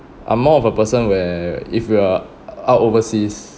I'm more of a person where if you are out overseas